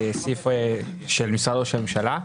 סעיף של משרד ראש הממשלה.